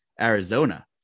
Arizona